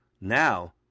Now